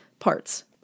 Parts